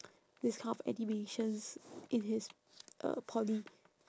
this kind of animations in his uh poly